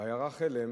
בעיירה חלם